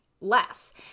less